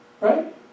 Right